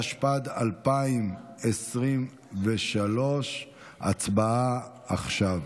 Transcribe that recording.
התשפ"ד 2023. הצבעה עכשיו.